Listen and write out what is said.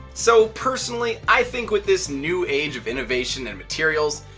so personally, i think with this new age of innovation and materials,